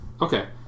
Okay